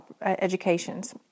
educations